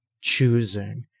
choosing